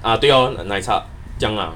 uh 对 orh 奶茶这样 ah